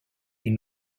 une